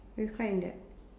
it was quite in depth